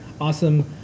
awesome